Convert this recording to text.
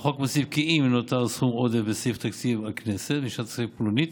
לחוק מוסיף כי אם נותר סכום עודף בסעיף תקציב הכנסת בשנת כספים פלונית,